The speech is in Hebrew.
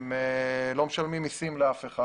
הם לא משלמים לאף אחד מסים.